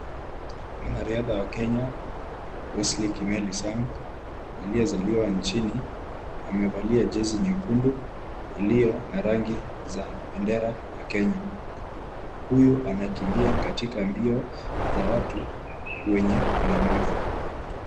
Mwanariadha wa Kenya Wesley Kimeli Sang aliyezaliwa nchini, amevalia jezi nyekundu iliyo na rangi za bendera ya Kenya. Huyu anakimbia katika mbio za watu wenye ulemavu.